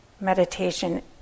meditation